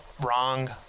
wrong